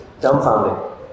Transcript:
dumbfounding